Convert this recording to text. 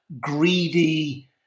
greedy